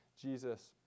Jesus